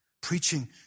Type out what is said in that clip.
Preaching